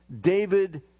David